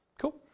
Cool